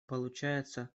получается